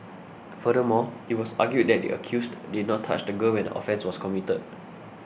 furthermore it was argued that the accused did not touch the girl when the offence was committed